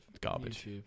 garbage